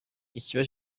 ikiba